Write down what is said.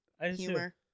humor